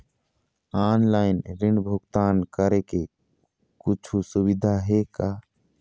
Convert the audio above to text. Online ऋण भुगतान करे के कुछू सुविधा हे का?